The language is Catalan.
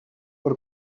per